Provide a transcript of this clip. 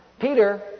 Peter